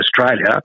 Australia